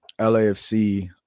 LAFC